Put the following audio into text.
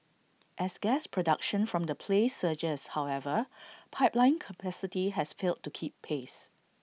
as gas production from the play surges however pipeline capacity has failed to keep pace